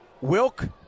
Wilk